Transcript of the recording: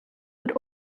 would